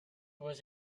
was